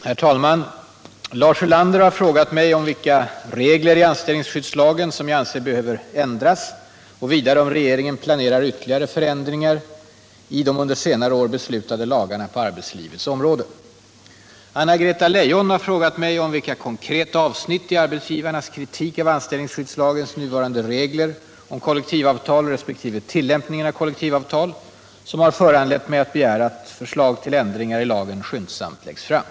Herr talman! Lars Ulander har frågat mig vilka regler i anställnings Nr 25 skyddslagen som jag anser behöver förändras och vidare om regeringen planerar ytterligare förändringar i de under senare år beslutade lagarna på arbetslivets område. Anna-Greta Leijon har frågat mig vilka konkreta avsnitt i arbetsgivarnas Om planerade kritik av anställningsskyddslagens nuvarande regler om kollektivavtal ändringar i lagen resp. tillämpningen av kollektivavtal som har föranlett mig att begära om anställningsatt förslag till ändringar i lagen skyndsamt läggs fram.